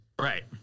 Right